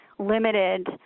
limited